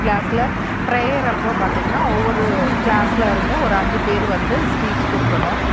க்ளாஸில் ப்ரேயர் அப்போ பார்த்தீங்கன்னா ஒவ்வொரு க்ளாஸில் இருந்தும் ஒரு அஞ்சு பேர் வந்து ஸ்பீச் கொடுக்கணும்